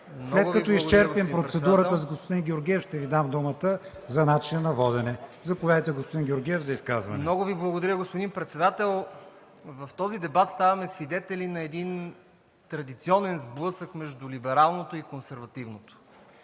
Докато изчерпим процедурата с господин Георгиев, ще Ви дам думата по начина на водене. Заповядайте, господин Георгиев, за изказване. ГЕОРГ ГЕОРГИЕВ (ГЕРБ-СДС): Много Ви благодаря, господин Председател. В този дебат ставаме свидетели на един традиционен сблъсък между либералното и консервативното.